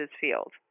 field